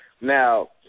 Now